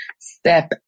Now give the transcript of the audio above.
step